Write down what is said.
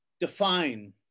define